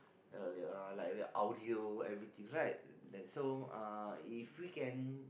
uh like uh the audio everythings right then so uh if we can